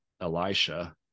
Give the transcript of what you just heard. Elisha